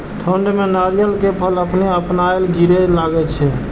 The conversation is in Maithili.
ठंड में नारियल के फल अपने अपनायल गिरे लगए छे?